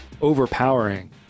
overpowering